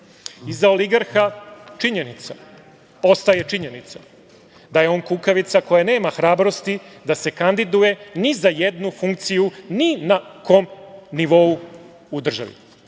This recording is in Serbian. Iza ligerha činjenica, ostaje činjenica da je on kukavica koja nema hrabrosti da se kandiduje ni za jednu funkciju ni na kom nivou u državi. Iza